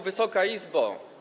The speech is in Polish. Wysoka Izbo!